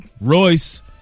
Royce